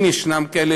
אם יש כאלה,